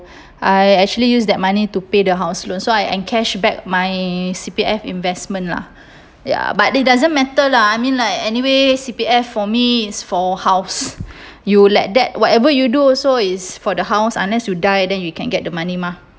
I actually use that money to pay the house loan so I encash back my C_P_F investment lah ya but it doesn't matter lah I mean like anyway C_P_F for me it's for house you let that whatever you do also is for the house unless you die and then you can get the money mah